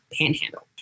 panhandle